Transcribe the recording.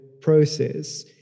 process